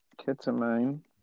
ketamine